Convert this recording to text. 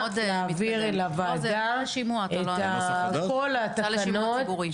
הצעה לשימוע ציבורי.